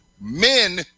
Men